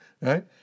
right